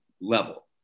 level